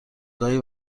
گاهی